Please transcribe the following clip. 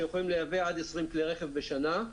שיכולים לייבא עד 20 כלי רכב בשנה.